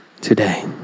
today